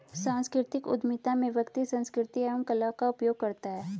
सांस्कृतिक उधमिता में व्यक्ति संस्कृति एवं कला का उपयोग करता है